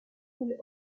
fully